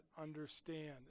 understand